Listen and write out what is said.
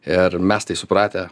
ir mes tai supratę